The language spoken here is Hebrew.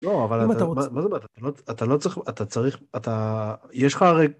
לא אבל אם אתה רוצה אתה לא צריך אתה צריך אתה יש לך הרגע.